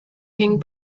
ping